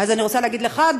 אז אני רוצה להגיד לך,